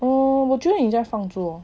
err 我觉得你 just 放着 lor